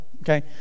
Okay